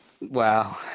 wow